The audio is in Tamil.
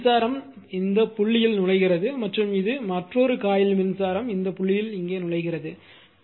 எனவே மின்சாரம் புள்ளியில் நுழைகிறது மற்றும் இது மற்றொரு காயில் மின்சாரம் புள்ளியில் இங்கே நுழைகிறது